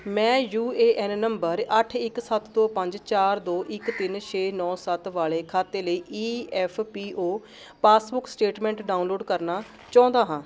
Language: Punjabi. ਮੈਂ ਯੂ ਏ ਐੱਨ ਨੰਬਰ ਅੱਠ ਇੱਕ ਸੱਤ ਦੋ ਪੰਜ ਚਾਰ ਦੋ ਇੱਕ ਤਿੰਨ ਛੇ ਨੌ ਸੱਤ ਵਾਲੇ ਖਾਤੇ ਲਈ E F P O passbook statement download ਕਰਨਾ ਚਾਹੁੰਦਾ ਹਾਂ